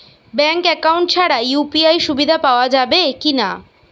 Bank account ছাড়া UPI সুবিধা পাওয়া যাবে কি না?